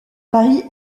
paris